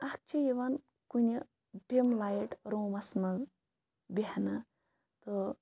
اکھ چھُ یِوان کُنہِ ڈِم لایٹ روٗمَس مَنٛز بیٚہنہٕ تہٕ